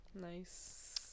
nice